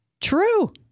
true